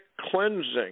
cleansing